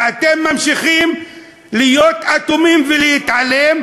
ואתם ממשיכים להיות אטומים ולהתעלם.